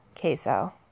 queso